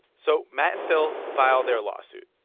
so matt and phil filed their lawsuit.